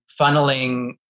funneling